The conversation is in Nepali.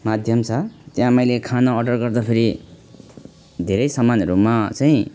माध्यम छ त्यहाँ मैले खाना अर्डर गर्दाफेरि धेरै समानहरूमा चाहिँ